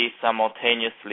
simultaneously